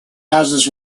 houses